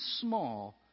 small